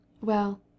Well